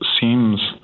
seems